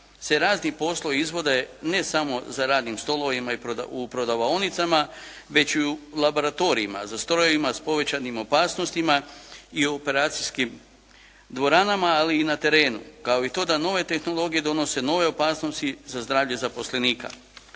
se razni poslovi izvode ne samo za radnim stolovima i u prodavaonicama već i u laboratorijima, za strojevima s povećanim opasnostima i operacijskim dvoranama, ali i na terenu, kao i to da nove tehnologije donose nove opasnosti za zdravlje zaposlenika.